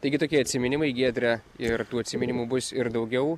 taigi tokie atsiminimai giedre ir tų atsiminimų bus ir daugiau